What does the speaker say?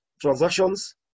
transactions